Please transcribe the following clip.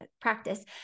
practice